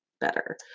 better